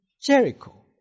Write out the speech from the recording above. Jericho